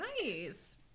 Nice